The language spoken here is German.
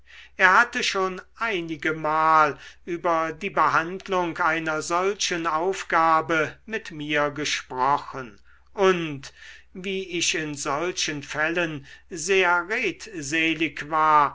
er hatte schon einigemal über die behandlung einer solchen aufgabe mit mir gesprochen und wie ich in solchen fällen sehr redselig war